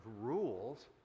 rules